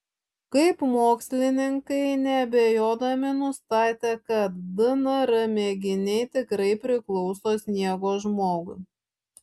kaip mokslininkai neabejodami nustatė kad dnr mėginiai tikrai priklauso sniego žmogui